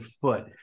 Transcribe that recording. foot